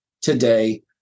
today